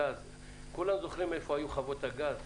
כולם זוכרים איפה היו חברות הגז,